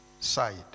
side